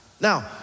Now